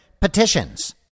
petitions